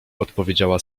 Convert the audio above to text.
odpowiedziała